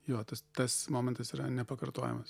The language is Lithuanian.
jo tas tas momentas yra nepakartojamas